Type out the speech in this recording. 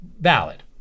valid